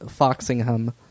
Foxingham